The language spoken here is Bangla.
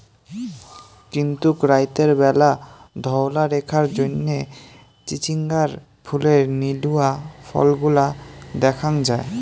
কিন্তুক রাইতের ব্যালা ধওলা রেখার জইন্যে চিচিঙ্গার ফুলের নীলুয়া ফলগুলা দ্যাখ্যাং যাই